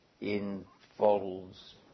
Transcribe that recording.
involves